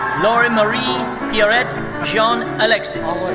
laure and marie pierette jeanne alexis.